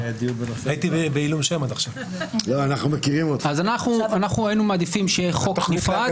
אנחנו היינו מעדיפים שיהיה חוק נפרד,